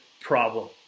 problem